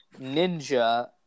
Ninja